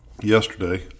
Yesterday